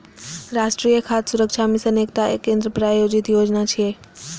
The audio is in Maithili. राष्ट्रीय खाद्य सुरक्षा मिशन एकटा केंद्र प्रायोजित योजना छियै